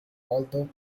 although